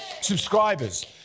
Subscribers